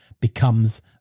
becomes